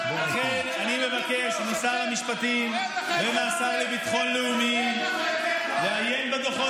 לכן אני מבקש משר המשפטים ומהשר לביטחון לאומי לעיין בדוחות